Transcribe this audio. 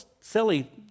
silly